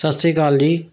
ਸਤਿ ਸ਼੍ਰੀ ਅਕਾਲ ਜੀ